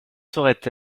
saurait